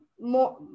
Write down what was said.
more